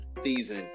season